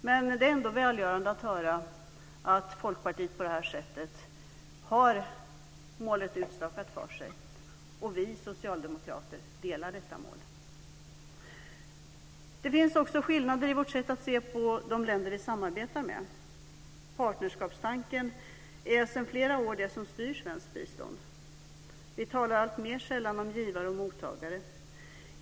Men det är ändå välgörande att höra att Folkpartiet på det här sättet har målet utstakat för sig, och vi socialdemokrater delar detta mål. Det finns också skillnader i vårt sätt att se på de länder vi samarbetar med. Partnerskapstanken är sedan flera år det som styr svenskt bistånd. Vi talar alltmer sällan om givare och mottagare.